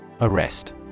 Arrest